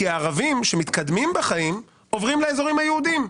כי הערבים שמתקדמים בחיים עוברים לאזורים היהודיים.